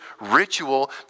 ritual